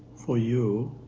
for you